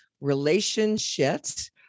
relationships